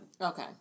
Okay